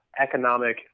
economic